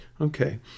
Okay